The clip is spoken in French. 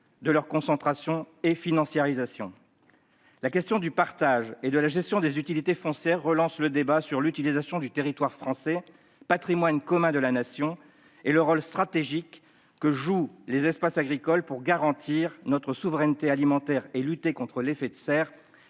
d'une financiarisation s'en trouvant accru. La question du partage et de la gestion des utilités foncières relance le débat relatif à l'utilisation du territoire français, patrimoine commun de la Nation, et au rôle stratégique que jouent les espaces agricoles là où il s'agit de garantir notre souveraineté alimentaire et de lutter contre l'effet de serre,